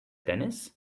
tennis